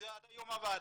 וזה עד היום עבד,